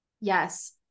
Yes